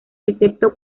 excepto